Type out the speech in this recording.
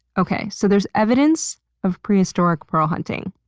okay, so there's evidence of prehistoric pearl hunting.